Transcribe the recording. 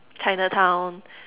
Chinatown